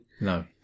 No